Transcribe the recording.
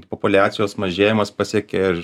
populiacijos mažėjimas pasiekė ir